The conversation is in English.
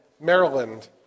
Maryland